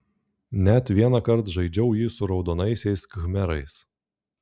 net vienąkart žaidžiau jį su raudonaisiais khmerais